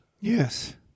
Yes